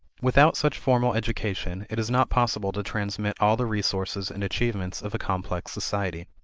without such formal education, it is not possible to transmit all the resources and achievements of a complex society.